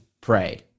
Pray